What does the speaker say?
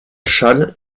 challe